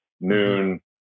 noon